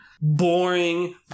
Boring